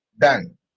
Dan